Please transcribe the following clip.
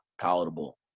palatable